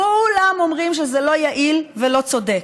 כולם אומרים שזה לא יעיל ולא צודק.